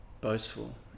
Boastful